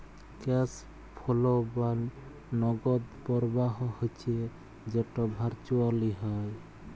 cash flow বা নগদ পরবাহ হচ্যে যেট ভারচুয়েলি হ্যয়